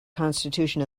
constitution